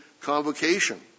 convocation